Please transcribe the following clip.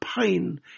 pain